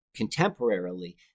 contemporarily